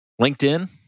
LinkedIn